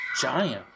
giant